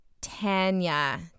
Tanya